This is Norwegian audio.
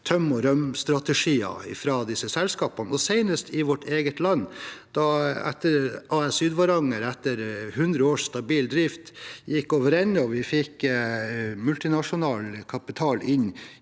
«tøm og røm»strategier fra disse selskapene, senest i vårt eget land da A/S Sydvaranger etter 100 års stabil drift gikk overende, og vi fikk multinasjonal kapital inn